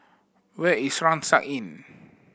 where is Rucksack Inn